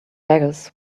beggars